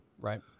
Right